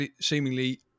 seemingly